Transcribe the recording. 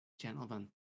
gentlemen